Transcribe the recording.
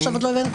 אני עונה לך.